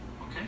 Okay